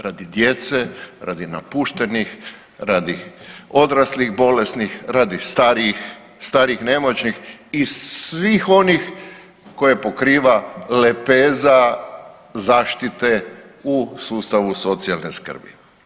Radi djece, radi napuštenih, radi odraslih bolesnih, radi starijih, starih, nemoćnih i svih onih koje pokriva lepeza zaštite u sustavu socijalne skrbi.